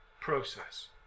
process